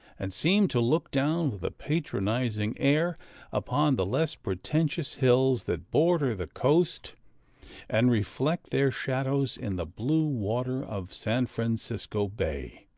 and seem to look down with a patronizing air upon the less pretentious hills that border the coast and reflect their shadows in the blue water of san francisco bay.